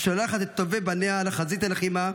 ששולחת את טובי בניה לחזית הלחימה,